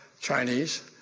Chinese